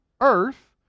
earth